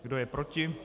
Kdo je proti?